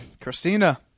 Christina